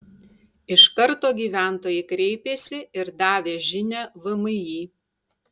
iš karto gyventojai kreipėsi ir davė žinią vmi